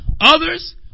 Others